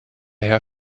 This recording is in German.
herr